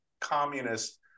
communist